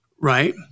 Right